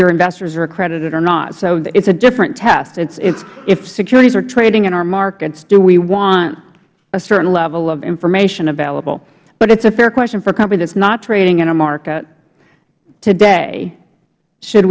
your investors are accredited or not so it's a different test if securities are trading in our markets do we want a certain level of information available but it's a fair question for a company that's not trading in a market today should